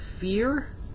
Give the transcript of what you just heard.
fear